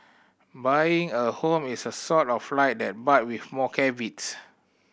buying a home is sort of like that but with more caveats